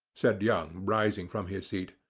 said young, rising from his seat.